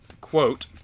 quote